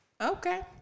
okay